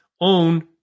own